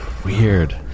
weird